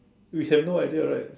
we have no idea right